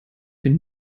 bin